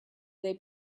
they